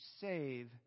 save